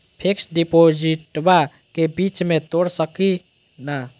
Fix डिपोजिटबा के बीच में तोड़ सकी ना?